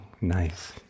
nice